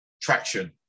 traction